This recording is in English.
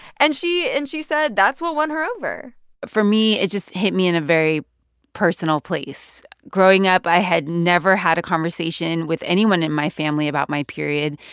and she and she said that's what won her over for me, it just hit me in a very personal place. growing up, i had never had a conversation with anyone in my family about my period.